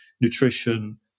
nutrition